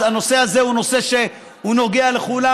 הנושא הזה הוא נושא שנוגע לכולם,